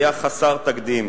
היה חסר תקדים.